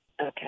Okay